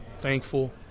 thankful